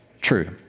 True